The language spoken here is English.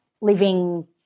living